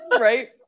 Right